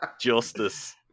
justice